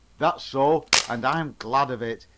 that's so, and i'm glad of it.